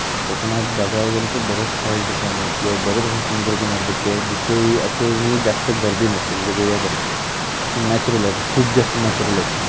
कोकणात बघायला गेलं तर बरेच सारे ठिकाण आहेत किंवा बरेच असे समुद्रकिनारपट्टी आहेत जिथेही असं नाही जास्त गर्दी नसते म्हणजे गोव्यासारखी नॅचरल आहेत खूप जास्त नॅचरल आहेत ते